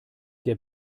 der